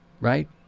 right